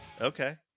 okay